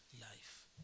life